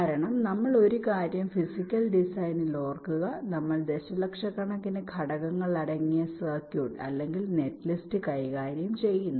കാരണം നമ്മൾ ഒരു കാര്യം ഫിസിക്കൽ ഡിസൈനിൽ ഓർക്കുക നമ്മൾ ദശലക്ഷക്കണക്കിന് ഘടകങ്ങൾ അടങ്ങിയ സർക്യൂട്ട് അല്ലെങ്കിൽ നെറ്റ്ലിസ്റ്റ് കൈകാര്യം ചെയ്യുന്നു